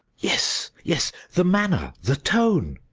yes, yes, the manner, the tone.